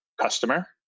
customer